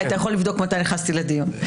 אתה יכול לבדוק מתי נכנסתי לדיון.